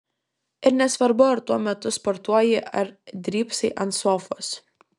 ir nesvarbu ar tuo metu sportuoji ar drybsai ant sofos